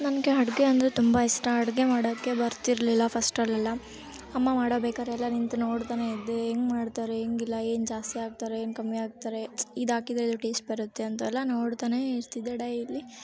ನನಗೆ ಅಡುಗೆ ಅಂದರೆ ತುಂಬ ಇಷ್ಟ ಅಡುಗೆ ಮಾಡಕ್ಕೆ ಬರ್ತಿರಲಿಲ್ಲ ಫಸ್ಟಲ್ಲೆಲ್ಲ ಅಮ್ಮ ಮಾಡಬೇಕಾರೆ ಎಲ್ಲ ನಿಂತು ನೋಡ್ತನೇ ಇದ್ದೆ ಹೆಂಗ್ ಮಾಡ್ತಾರೆ ಹೆಂಗಿಲ್ಲ ಏನು ಜಾಸ್ತಿ ಹಾಕ್ತಾರೆ ಏನು ಕಮ್ಮಿ ಹಾಕ್ತಾರೆ ಇದು ಹಾಕಿದ್ರೆ ಇದು ಟೇಸ್ಟ್ ಬರುತ್ತೆ ಅಂತೆಲ್ಲ ನೋಡ್ತನೇ ಇರ್ತಿದ್ದೆ ಡೈಲಿ